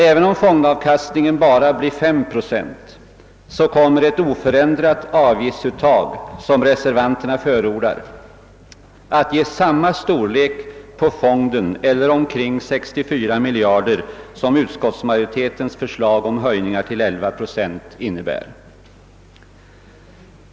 Även om fondavkastningen bara blir 3 procent kommer ett oförändrat avgiftsuttag, som reservanterna förordar, att ge samma storlek på fonden eller omkring 64 miljarder kronor, som utskottsmajoritetens förslag om höjningar till 11 procent innebär.